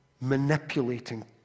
manipulating